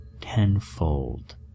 tenfold